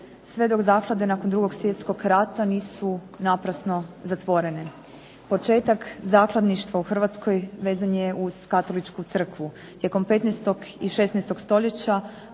Sve dok zaklade nakon 2. svjetskog rata nisu naprasno zatvorene. Početak zakladništva u Hrvatskoj vezan je uz katoličku crkvu. Tijekom 15. i 16. stoljeća